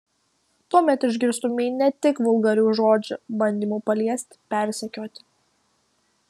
tuomet išgirstumei ne tik vulgarių žodžių bandymų paliesti persekioti